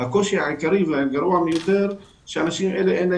אין ידע וניסיון.